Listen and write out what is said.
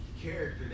character